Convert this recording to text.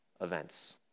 events